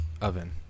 oven